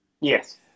Yes